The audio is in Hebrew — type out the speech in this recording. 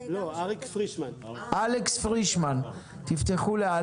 ההון, תוסיפו לנו משהו וגם על